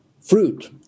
fruit